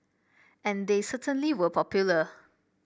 and they certainly were popular